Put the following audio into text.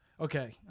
Okay